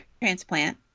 transplant